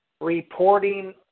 reporting